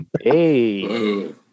Hey